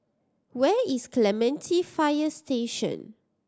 where is Clementi Fire Station